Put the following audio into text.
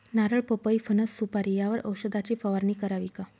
नारळ, पपई, फणस, सुपारी यावर औषधाची फवारणी करावी का?